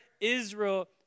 Israel